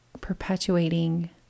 perpetuating